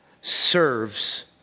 serves